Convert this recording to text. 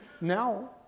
now